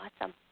awesome